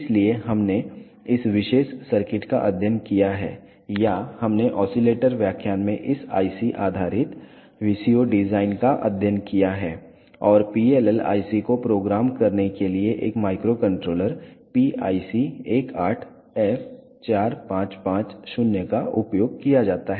इसलिए हमने इस विशेष सर्किट का अध्ययन किया है या हमने ओसीलेटर व्याख्यान में इस IC आधारित VCO डिजाइन का अध्ययन किया है और PLL IC को प्रोग्राम करने के लिए एक माइक्रोकंट्रोलर PIC18F4550 का उपयोग किया जाता है